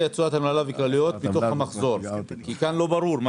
הוצאות הנהלה וכלליות מתוך המחזור כי כאן לא ברור.